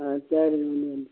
ஆ சரிங்க